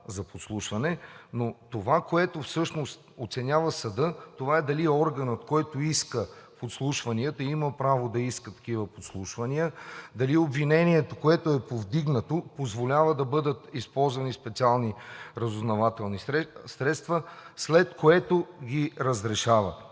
за подслушване. Но това, което всъщност оценява съдът, е дали органът, който иска подслушванията, има право да иска такива подслушвания, дали обвинението, което е повдигнато, позволява да бъдат използвани специални разузнавателни средства, след което ги разрешават.